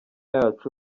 yacu